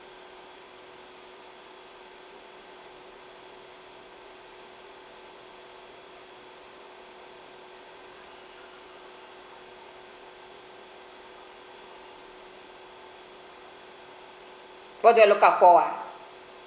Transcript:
what do I look out for ah